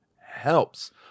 helps